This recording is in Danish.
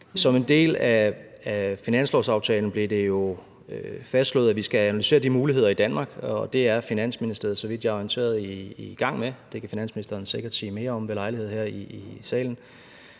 Som en del af finanslovsaftalen blev det jo fastslået, at vi skal analysere de muligheder i Danmark, og det er Finansministeriet, så vidt jeg er orienteret, i gang med. Det kan finansministeren sikkert sige mere om ved lejlighed her i salen.